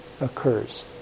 occurs